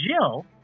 Jill